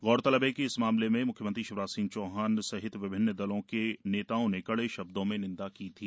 गौरतलब है कि इस मामले में म्ख्यमंत्री शिवराज सिंह चौहान विभिन्न दलों के नेताओं ने कड़े शब्दों में निंदा की थी